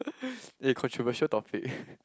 eh controversial topic